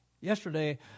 Yesterday